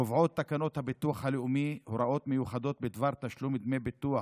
קובעות תקנות הביטוח הלאומי הוראות מיוחדות בדבר תשלומי דמי ביטוח,